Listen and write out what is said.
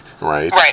right